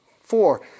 Four